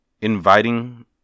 inviting